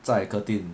在 curtin